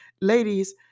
Ladies